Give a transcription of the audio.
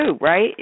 right